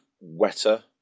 wetter